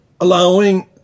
allowing